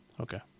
Okay